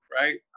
Right